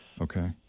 okay